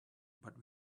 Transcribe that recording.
but